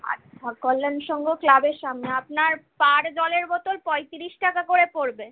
আচ্ছা কল্যাণ সংঘ ক্লাবের সামনে আপনার পার জলের বোতল পঁয়ত্রিশ টাকা করে পড়বে